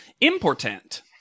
important